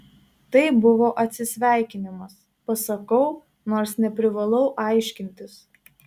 tai buvo atsisveikinimas pasakau nors neprivalau aiškintis